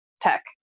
tech